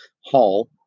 Hall